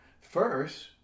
First